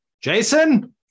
Jason